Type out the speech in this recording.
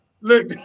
Look